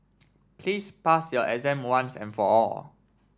please pass your exam once and for all